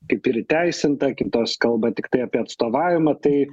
kaip ir įteisinta kitos kalba tiktai apie atstovavimą tai